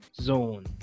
Zone